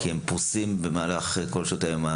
כי הם פרוסים במהלך כל שעות היממה,